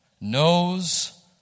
knows